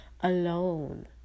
alone